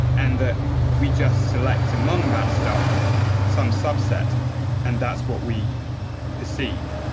and that we just select among that stuff some subset and that's what we perceive.